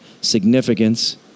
significance